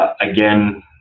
Again